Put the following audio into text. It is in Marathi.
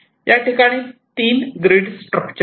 याठिकाणी तीन ग्रीड स्ट्रक्चर आहे